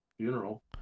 funeral